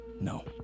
no